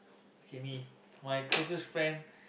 okay me my closest friend